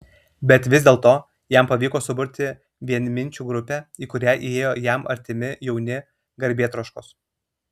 bet vis dėlto jam pavyko suburti vienminčių grupę į kurią įėjo jam artimi jauni garbėtroškos